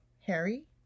Harry